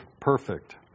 perfect